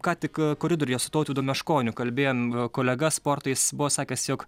ką tik koridoriuje su tautvydu meškoniu kalbėjom kolega sportais buvo sakęs jog